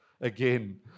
again